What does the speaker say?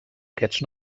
aquests